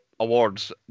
awards